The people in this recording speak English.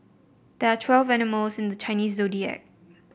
there are twelve animals in the Chinese Zodiac